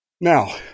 Now